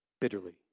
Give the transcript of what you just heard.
bitterly